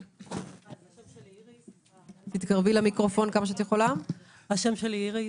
שמי איריס אימא לבן ששמו שיר.